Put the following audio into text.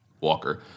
Walker